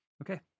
Okay